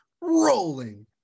rolling